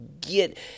get